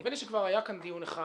נדמה לי שכבר היה כאן דיון אחד,